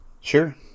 Sure